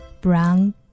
Brown